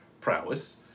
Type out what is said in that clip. prowess